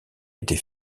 était